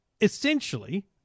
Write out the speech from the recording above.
essentially